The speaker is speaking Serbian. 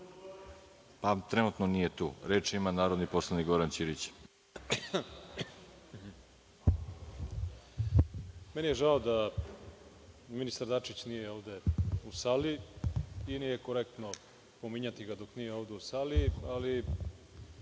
odgovorim.)Trenutno nije tu. Reč ima narodni poslanik Goran Ćirić. **Goran Ćirić** Meni je žao da ministar Dačić nije ovde u sali i nije korektno pominjati ga dok nije ovde u sali, ali